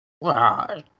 Wow